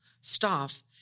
staff